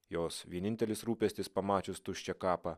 jos vienintelis rūpestis pamačius tuščią kapą